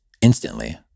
Instantly